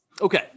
Okay